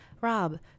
Rob